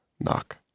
Knock